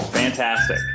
Fantastic